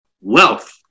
wealth